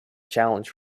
challenge